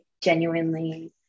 genuinely